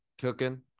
cooking